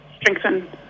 strengthen